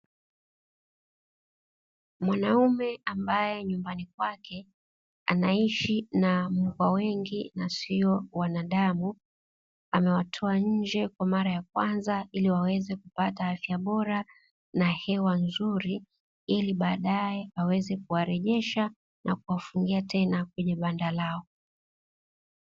Mwanaume ambaye nyumbani kwake anaishi na mbwa wengi na sio wanadamu amewatoa nje kwa mara ya kwanza ili waweze kupata afya bora na hewa nzuri, ili baadaye aweze kuwarejesha na kuwafungia tena kwenye banda lao.